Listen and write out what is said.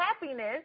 happiness